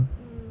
mm